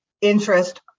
interest